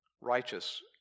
Righteous